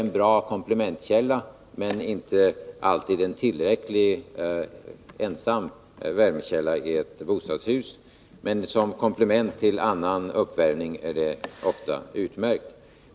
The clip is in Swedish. En braskamin är ensam inte alltid en tillräcklig värmekälla i ett bostadshus, men som komplement till annan uppvärmning fungerar den ofta utmärkt.